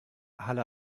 halle